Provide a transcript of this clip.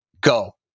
go